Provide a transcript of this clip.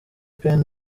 penn